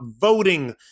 voting